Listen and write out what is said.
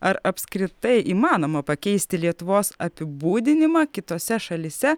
ar apskritai įmanoma pakeisti lietuvos apibūdinimą kitose šalyse